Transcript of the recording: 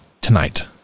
tonight